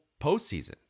postseason